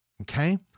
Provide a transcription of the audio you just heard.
Okay